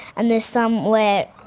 and there's some where, oh,